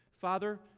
Father